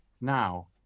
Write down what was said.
now